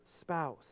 spouse